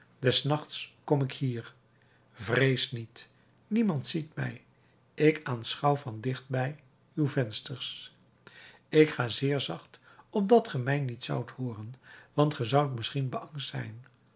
nachts kom ik hier vrees niet niemand ziet mij ik aanschouw van dichtbij uwe vensters ik ga zeer zacht opdat ge mij niet zoudt hooren want ge zoudt misschien beangst zijn